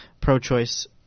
pro-choice